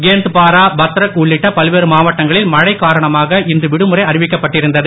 கேந்த்ரபாரா பத்ரக் உள்ளிட்ட பல்வேறு மாவட்டங்களில் மழை காரணமாக இன்று விடுமுறை அறிவிக்கப்பட்டிருந்தது